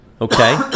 okay